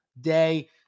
day